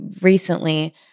recently